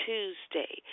Tuesday